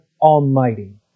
Almighty